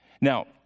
Now